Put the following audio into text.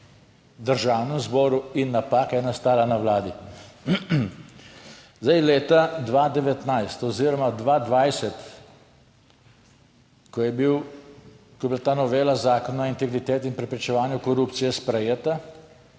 Državnem zboru in napaka je nastala na Vladi. Zdaj leta 2019 oziroma 2020, ko je bil, ko je bila ta novela Zakona o integriteti in preprečevanju korupcije sprejeta,